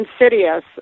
insidious